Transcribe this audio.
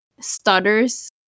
stutters